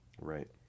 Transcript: Right